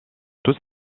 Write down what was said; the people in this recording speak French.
toute